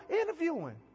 interviewing